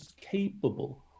capable